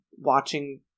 watching